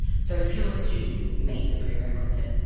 so fewer students meet the prerequisite.